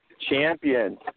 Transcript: champion